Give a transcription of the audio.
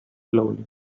slowly